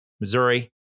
Missouri